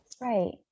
Right